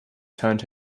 turned